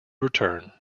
return